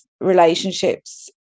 relationships